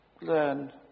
learn